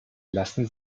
lassen